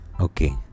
Okay